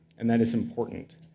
and that is important.